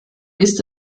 ist